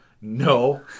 no